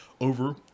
over